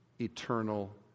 eternal